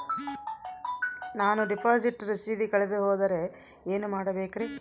ನಾನು ಡಿಪಾಸಿಟ್ ರಸೇದಿ ಕಳೆದುಹೋದರೆ ಏನು ಮಾಡಬೇಕ್ರಿ?